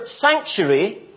sanctuary